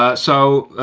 ah so,